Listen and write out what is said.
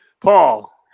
Paul